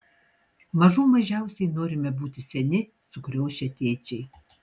mažų mažiausiai norime būti seni sukriošę tėčiai